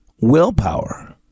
willpower